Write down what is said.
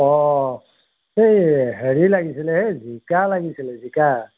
অঁ এই হেৰি লাগিছিলে এই জিকা লাগিছিলে জিকা